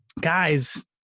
Guys